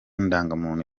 ndangamuntu